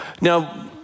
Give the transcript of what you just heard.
Now